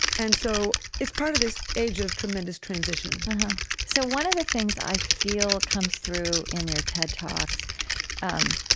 and so it's part of this age of tremendous transition so one of the things i feel comes through in your ted talks um